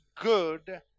good